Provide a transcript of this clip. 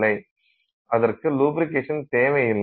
அதற்கு லுப்பிரிக்கேஷன் தேவையில்லை